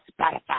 Spotify